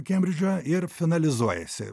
kembridže ir finalizuojasi